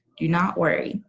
do not worry,